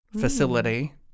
facility